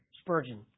Spurgeon